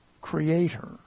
creator